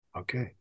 Okay